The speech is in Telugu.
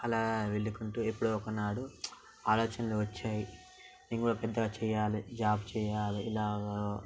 అలా వెళ్తూ ఎప్పుడో ఒక నాడు ఆలోచనలు వచ్చాయి నేను కూడా పెద్దగా చెయ్యాలి జాబ్ చెయ్యాలి ఇలాగ